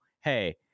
hey